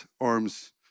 arm's